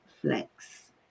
Flex